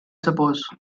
suppose